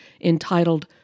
entitled